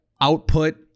output